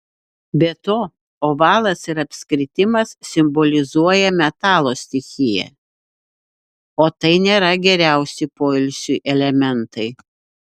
be to ovalas ir apskritimas simbolizuoja metalo stichiją o tai nėra geriausi poilsiui elementai